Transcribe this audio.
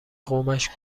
قومش